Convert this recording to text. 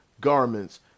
garments